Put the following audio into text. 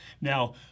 Now